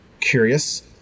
curious